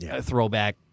throwback